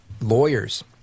lawyers